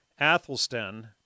Athelstan